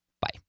Bye